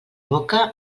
boca